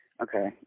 Okay